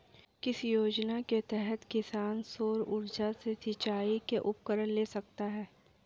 किस योजना के तहत किसान सौर ऊर्जा से सिंचाई के उपकरण ले सकता है?